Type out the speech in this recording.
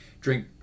drink